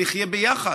ונחיה ביחד.